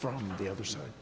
from the other side